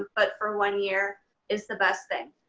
but for one year is the best thing.